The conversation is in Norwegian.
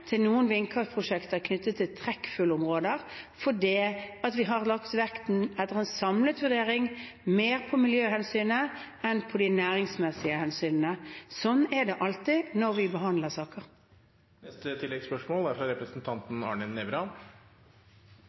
til noen vindkraftprosjekter knyttet til trekkfuglområder fordi vi etter en samlet vurdering har lagt mer vekt på miljøhensynet enn på de næringsmessige hensynene. Slik er det alltid når vi behandler saker. Arne Nævra – til oppfølgingsspørsmål. Jeg tror det er